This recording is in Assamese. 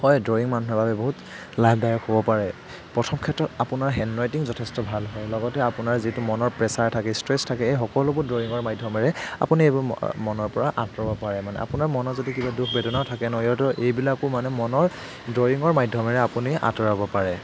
হয় ড্ৰয়িং মানুহৰ বাবে বহুত লাভদায়ক হ'ব পাৰে প্ৰথম ক্ষেত্ৰত আপোনাৰ হেণ্ডৰাইটিং যথেষ্ট ভাল হয় লগতে আপোনাৰ যিটো মনৰ প্ৰেছাৰ থাকে ষ্ট্ৰেছ থাকে এই সকলোবোৰ ড্ৰয়িঙৰ মাধ্য়মেৰে আপুনি এইবোৰ মনৰপৰা আঁতৰাব পাৰে মানে আপোনাৰ মনত যদি কিবা দুখ বেদনাও থাকে ন এইবিলাকো মানে মনৰ ড্ৰয়িংৰ মাধ্য়মেৰে আপুনি আঁতৰাব পাৰে